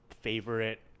favorite